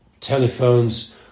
telephones